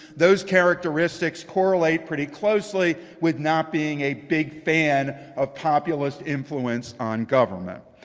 those characteristics correlate pretty closely with not being a big fan of populist influence on government.